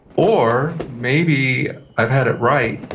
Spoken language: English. or maybe i've had it right,